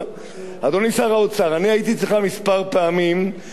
אני היית אצלך פעמים מספר בקשר לנושא הבנייה,